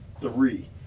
three